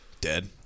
dead